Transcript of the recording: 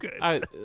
good